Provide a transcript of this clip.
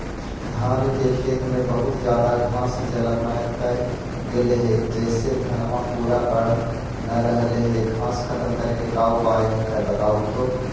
धान के खेत में बहुत ज्यादा घास जलमतइ गेले हे जेसे धनबा पुरा बढ़ न रहले हे घास खत्म करें के उपाय बताहु तो?